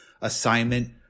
assignment